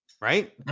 Right